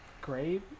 great